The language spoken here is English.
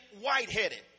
white-headed